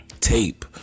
tape